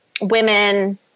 women